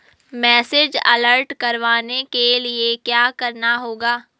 Message alert करवाने के लिए क्या करना होगा?